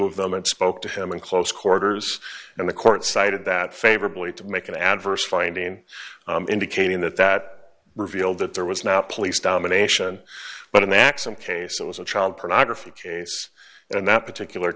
of them and spoke to him in close quarters and the court cited that favorably to make an adverse finding indicating that that revealed that there was not police domination but a maxim case it was a child pornography case and in that particular